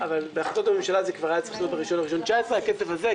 אבל באחריות הממשלה זה כבר היה צריך להיות ב-1 לינואר 2019. הכסף הזה,